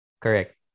correct